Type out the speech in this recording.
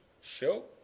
Show